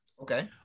Okay